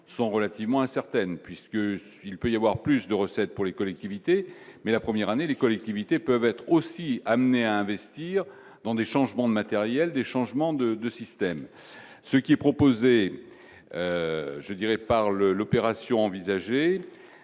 sont relativement incertaines puisque ce qu'il peut y avoir plus de recettes pour les collectivités, mais la première année, les collectivités peuvent être aussi amenées à investir dans des changements de matériels, des changements de 2 systèmes, ce qui est proposé, je dirais par le l'opération envisagée,